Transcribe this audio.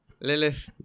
Lilith